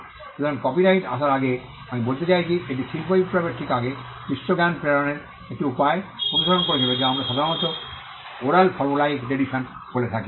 সুতরাং কপিরাইট আসার আগে আমি বলতে চাইছি এটি শিল্প বিপ্লবের ঠিক আগে বিশ্ব জ্ঞান প্রেরণের একটি উপায় অনুসরণ করেছিল যা আমরা সাধারণত ওরাল ফর্মুলাইক ট্রেডিশন বলে থাকি